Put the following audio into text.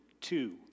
two